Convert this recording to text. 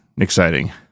exciting